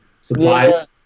supply